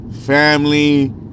family